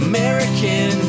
American